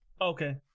okay